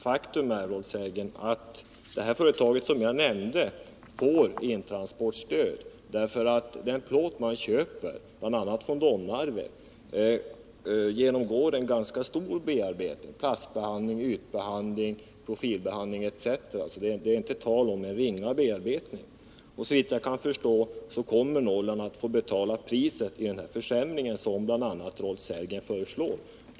Faktum är, Rolf Sellgren, att det företag som jag nämnde får intransportstöd därför att den plåt man köper bl.a. från Domnarvet genomgår en ganska omfattande bearbetning: plastbehandling, ytbehandling, profilbehandling etc. Det är alltså inte tal om ringa bearbetning. Såvitt jag kan förstå kommer Norrland att få betala priset för den försämring som bland andra Rolf Sellgren föreslår.